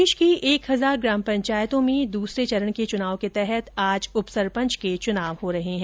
प्रदेश की एक हजार ग्राम पंचायतों में दूसरे चरण के चुनाव के तहत आज उपसरपंच के चुनाव हो रहे हैं